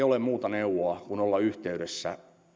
ole muuta neuvoa kuin olla yhteydessä